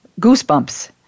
Goosebumps